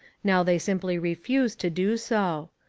now they simply refuse to do so.